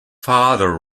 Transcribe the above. father